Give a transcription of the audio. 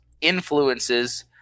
influences